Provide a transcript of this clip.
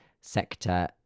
sector